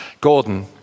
Gordon